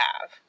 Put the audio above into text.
have